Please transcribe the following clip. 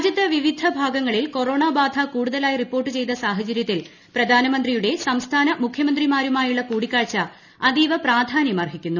രാജ്യത്ത് വിവിധ ഭാഗങ്ങളിൽ കോറോണ ബാധ കൂടുതലായി റിപ്പോർട്ട് ചെയ്ത സാഹചര്യത്തിൽ പ്രധാനമന്ത്രിയുടെ സംസ്ഥാന മുഖ്യമന്ത്രിമാരുമായുള്ള കൂടിക്കാഴ്ച അതീവ പ്രാധാന്യമർഹിക്കുന്നു